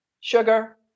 sugar